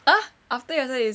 ah after your studies